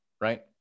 right